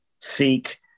seek